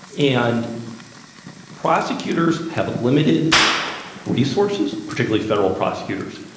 and prosecutors have limited resources, particularly federal prosecutors,